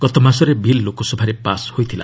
ଗତମାସରେ ବିଲ୍ ଲୋକସଭାରେ ପାସ୍ ହୋଇଥିଲା